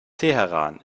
teheran